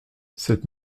cette